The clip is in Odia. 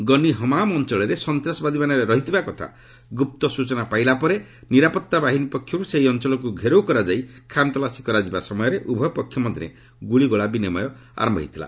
ଗନି ହମାମ୍ ଅଞ୍ଚଳରେ ସନ୍ତାସବାଦୀମାନେ ରହିଥିବା କଥା ଗୁପ୍ତ ସୂଚନା ପାଇଲା ପରେ ନିରାପତ୍ତା ବାହିନୀ ପକ୍ଷରୁ ସେହି ଅଞ୍ଚଳକୁ ଘେରାଉ କରାଯାଇ ଖାନ୍ତଲାସୀ କରାଯିବା ସମୟରେ ଉଭୟ ପକ୍ଷ ମଧ୍ୟରେ ଗୁଳିଗୋଳା ବିନିମୟ ଆରମ୍ଭ ହୋଇଥିଲା